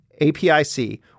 APIC